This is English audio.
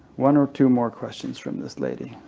one or two more questions from this lady,